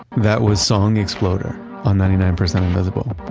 that was song exploder on ninety nine percent invisible.